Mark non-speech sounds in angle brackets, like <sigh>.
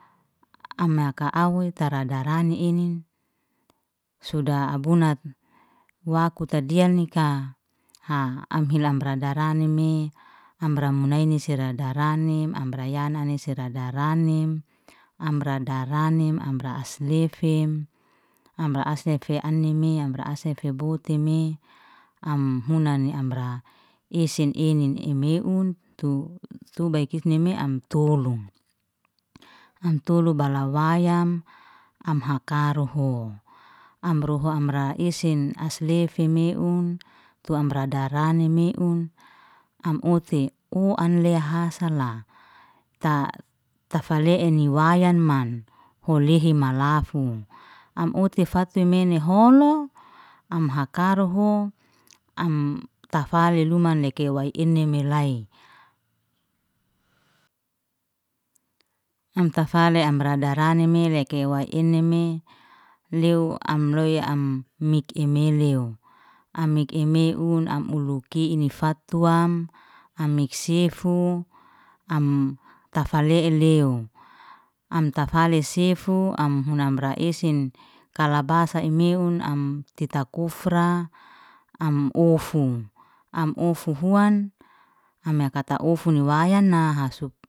Ama ka'awe taradani inin, sudah abunat waku tadiyanika, <hesitation> am hila am radarani me amra munaini siradaranim amra yanani siradarani, amra daranim amra asilefim, amra aslife anime, amra sife botume, am hunani amra isin inin emeun, tu- tubaikifme am tulun. Am tulun balawayam, am hakaruhu am ruhu, amra esen aslefi meun, tu amra darani meun, am uti, uan lehasala, ta- tafaleni wayaman. Holehe malafun, am uti fatumeni holo, am hakaruhu, am tafa lelumani kewa inimelay. Am tafale, am radaranime lekewa inime, lew kewa eneme, lew am loy am miki meleu, am miki meun, am ulukini fatwam, am mik sefu am tafale lew, am tafalasefu, am huna amra esin kalabasa emeun, am titakufra am ofu, am ofu huan, am kafa ofun wayam nahasup.